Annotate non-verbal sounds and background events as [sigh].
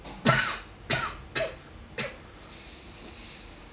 [coughs]